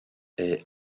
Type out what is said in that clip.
est